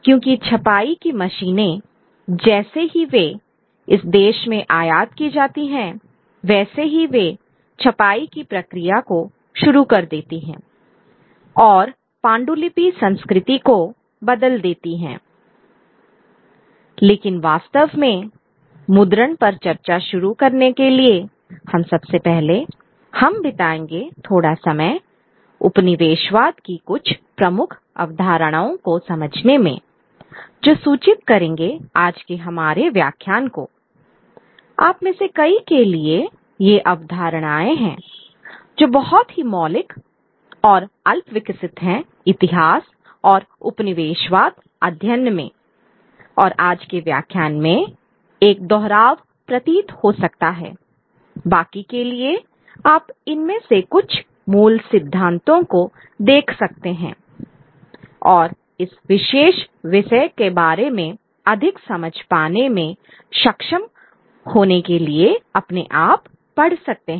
क्योंकि छपाई की मशीनें जैसे ही वे इस देश में आयात की जाती हैं वैसे ही वह छपाई की प्रक्रिया को शुरू कर देती हैं और पांडुलिपि संस्कृति को बदल देती हैंI लेकिन वास्तव में मुद्रण पर चर्चा शुरू करने के लिए हम सबसे पहले हम बिताएंगे थोड़ा समय उपनिवेशवाद की कुछ प्रमुख अवधारणाओं को समझने में जो सूचित करेंगे आज के हमारे व्याख्यान को आप में से कई के लिए ये अवधारणाएं हैं जो बहुत ही मौलिक और अल्पविकसित हैं इतिहास और उपनिवेशवाद अध्ययन में और आज के व्याख्यान में एक दोहराव प्रतीत हो सकता है बाकी के लिए आप इनमें से कुछ मूल सिद्धांतों को देख सकते हैं और इस विशेष विषय के बारे में अधिक समझ पाने में सक्षम होने के लिए अपने आप पढ़ सकते हैं